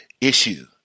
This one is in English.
issue